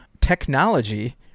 technology